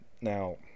now